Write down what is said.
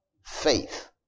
faith